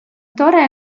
tore